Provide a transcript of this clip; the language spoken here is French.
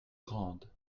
grandes